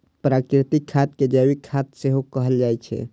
प्राकृतिक खाद कें जैविक खाद सेहो कहल जाइ छै